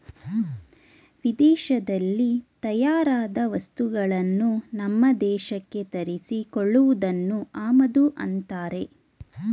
ವಿದೇಶದಲ್ಲಿ ತಯಾರಾದ ವಸ್ತುಗಳನ್ನು ನಮ್ಮ ದೇಶಕ್ಕೆ ತರಿಸಿ ಕೊಳ್ಳುವುದನ್ನು ಆಮದು ಅನ್ನತ್ತಾರೆ